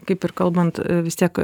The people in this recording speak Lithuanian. kaip ir kalbant vis tiek